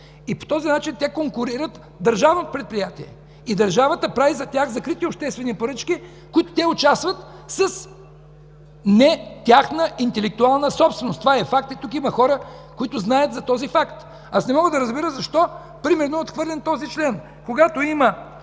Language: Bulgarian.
и по този начин конкурират държавното предприятие и държавата прави за тях закрити обществени поръчки, в които те участват с не тяхна интелектуална собственост. Това е факт и тук има хора, които знаят за този факт. Не мога да разбера защо примерно е отхвърлен този член – когато има